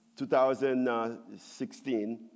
2016